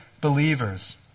believers